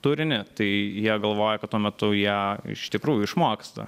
turinį tai jie galvoja kad tuo metu jie iš tikrųjų išmoksta